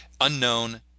Unknown